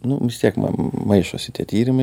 nu vis tiek m m maišosi tie tyrimai